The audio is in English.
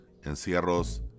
Encierros